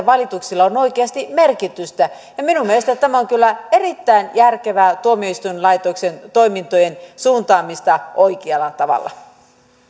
valituksilla on oikeasti merkitystä minun mielestäni tämä on kyllä erittäin järkevää tuomioistuinlaitoksen toimintojen suuntaamista oikealla tavalla